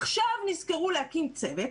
עכשיו נזכרו להקים צוות,